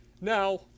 Now